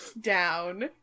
down